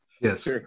Yes